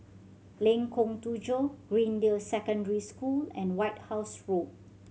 Lengkong Tujuh Greendale Secondary School and White House Road